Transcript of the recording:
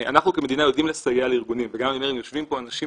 אנחנו כמדינה יודעים לסייע לארגונים וגם יושבים פה אנשים